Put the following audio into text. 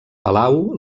palau